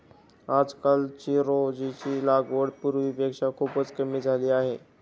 आजकाल चिरोंजीची लागवड पूर्वीपेक्षा खूपच कमी झाली आहे